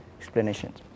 explanations